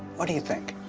what do you think?